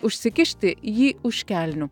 užsikišti jį už kelnių